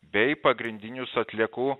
bei pagrindinius atliekų